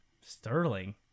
Sterling